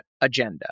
agenda